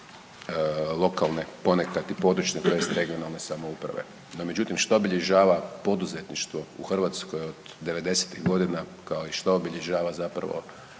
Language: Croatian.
lokalne ponekad i područne tj. regionalne samouprave. No međutim, što obilježava poduzetništvo u Hrvatskoj od devedesetih godina kao što i obilježava zapravo